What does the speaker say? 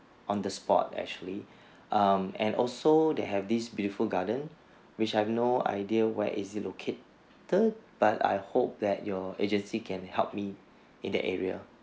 on the spot actually um and also they have this beautiful garden which I have no idea where is it located but I hope that your agency can help me in that area